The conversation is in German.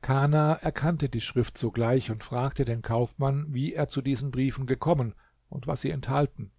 kana erkannte die schrift sogleich und fragte den kaufmann wie er zu diesen briefen gekommen und was sie enthalten